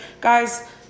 guys